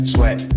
Sweat